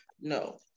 no